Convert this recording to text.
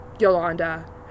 Yolanda